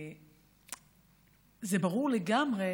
זה ברור לגמרי